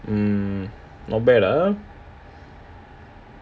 hmm not bad ah